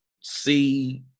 see